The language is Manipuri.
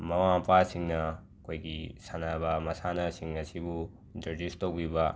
ꯃꯃꯥ ꯃꯄꯥꯁꯤꯡꯅ ꯑꯩꯈꯣꯏꯒꯤ ꯁꯥꯟꯅꯕ ꯃꯁꯥꯟꯅꯁꯤꯡ ꯑꯁꯤꯕꯨ ꯏꯟꯇ꯭ꯔꯣꯗ꯭ꯌꯨꯁ ꯇꯧꯕꯤꯕ